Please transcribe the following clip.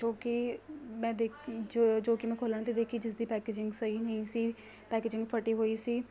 ਜੋ ਕਿ ਮੈਂ ਦੇਖ ਜ ਜੋ ਕਿ ਮੈਂ ਖੋਲ੍ਹਣ 'ਤੇ ਦੇਖੀ ਜਿਸਦੀ ਪੈਕੇਜਿੰਗ ਸਹੀ ਨਹੀਂ ਸੀ ਪੈਕੇਜਿੰਗ ਫਟੀ ਹੋਈ ਸੀ